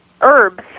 herbs